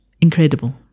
Incredible